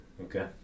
Okay